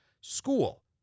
School